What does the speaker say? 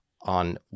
on